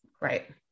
Right